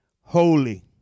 holy